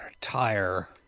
tire